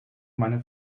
meine